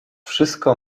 wszystko